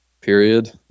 period